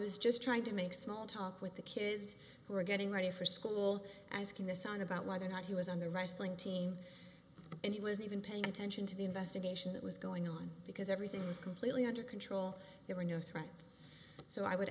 was just trying to make small talk with the kids who were getting ready for school as can this on about whether or not he was on the wrestling team and he was even paying attention to the investigation that was going on because everything was completely under control there were no threats so i would